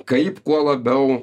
kaip kuo labiau